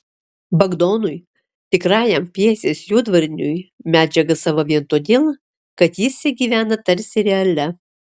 bagdonui tikrajam pjesės juodvarniui medžiaga sava vien todėl kad jis ja gyvena tarsi realia